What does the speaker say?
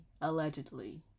allegedly